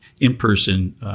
in-person